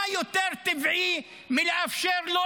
מה יותר טבעי מלאפשר לו,